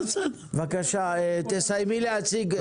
בבקשה, תסיימי להציג,